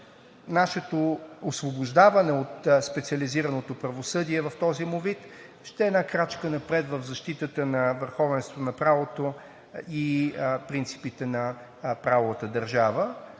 нашето освобождаване от специализираното правосъдие в този му вид, ще е една крачка напред в защитата на върховенството на правото и принципите на правовата държава.